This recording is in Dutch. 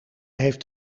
heeft